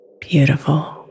Beautiful